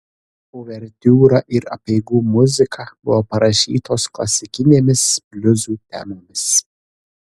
uvertiūra ir apeigų muzika buvo parašytos klasikinėmis bliuzų temomis